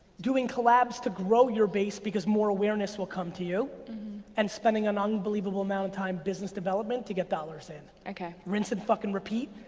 doing collabs to grow your base, because more awareness will come to you and spending an unbelievable amount of time business development to get dollars in. okay. rinse and fucking repeat.